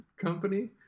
company